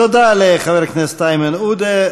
תודה לחבר הכנסת איימן עודה.